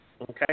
Okay